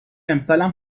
امسالم